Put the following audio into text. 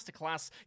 masterclass